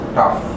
tough